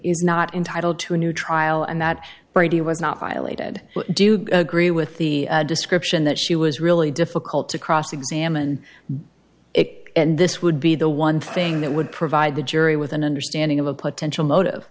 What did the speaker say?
is not entitled to a new trial and that brady was not violated do agree with the description that she was really difficult to cross examine it and this would be the one thing that would provide the jury with an understanding of a potential motive